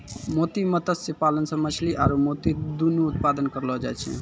मोती मत्स्य पालन मे मछली आरु मोती दुनु उत्पादन करलो जाय छै